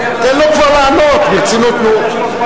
תן לו כבר לענות, ברצינות, נו.